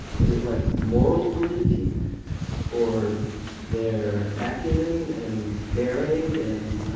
is it like moral validity or their acumen and daring and